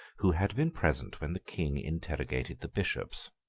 who had been present when the king interrogated the bishops.